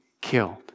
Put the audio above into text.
killed